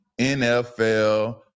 NFL